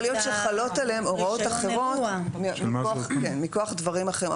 יכול להיות שחלות עליהם הוראות אחרות מכוח דברים אחרים.